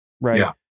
right